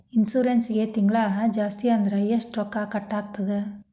ಹೆಲ್ತ್ಇನ್ಸುರೆನ್ಸಿಗೆ ತಿಂಗ್ಳಾ ಜಾಸ್ತಿ ಅಂದ್ರ ಎಷ್ಟ್ ರೊಕ್ಕಾ ಕಟಾಗ್ತದ?